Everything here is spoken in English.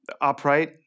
upright